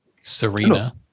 Serena